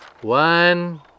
One